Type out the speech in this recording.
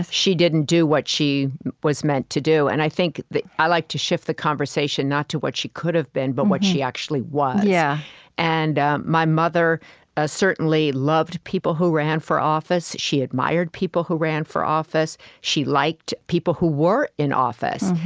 she didn't do what she was meant to do. and i think that i like to shift the conversation, not to what she could've been but what she actually was. yeah and my mother ah certainly loved people who ran for office she admired people who ran for office she liked people who were in office.